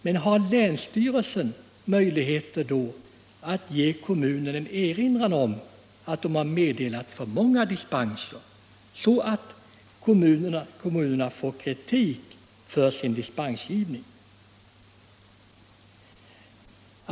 Men har då länsstyrelsen möjligheter att göra en erinran mot en kommun som man anser har beviljat för många dispenser, dvs. kan kommunerna få kritik för sin dispensgivning?